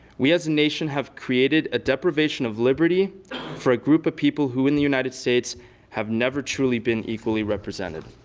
we as a nation have created a deprivation of liberty for a group of people who in the united states have never truly been equally represented.